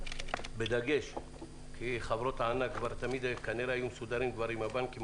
בדגש חברות הענק כנראה תמיד היו מסודרות עם הבנקים